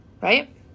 right